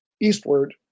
eastward